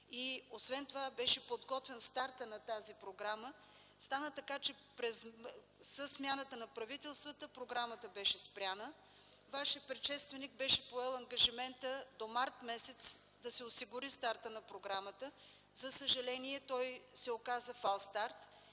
освен това беше подготвен старта на тази програма. Стана така, че със смяната на правителствата програмата беше спряна. Вашият предшественик беше поел ангажимента до м. март т.г. да се осигури старта на програмата. За съжаление той се оказва фалстарт.